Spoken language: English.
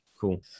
Cool